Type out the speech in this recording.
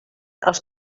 els